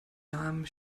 namen